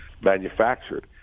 manufactured